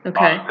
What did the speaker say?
Okay